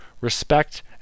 respect